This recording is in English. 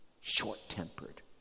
Short-tempered